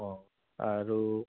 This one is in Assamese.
অঁ আৰু